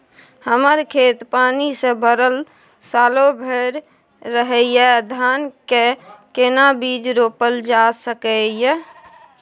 हमर खेत पानी से भरल सालो भैर रहैया, धान के केना बीज रोपल जा सकै ये?